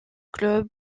club